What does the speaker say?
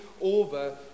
over